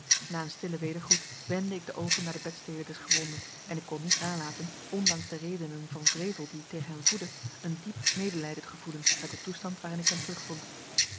na een stillen wedergroet wendde ik de oogen naar de bedstede des gewonden en ik kon niet nalaten ondanks de redenen van wrevel die ik tegen hem voedde een diep medelijden te gevoelen met den toestand waarin ik hem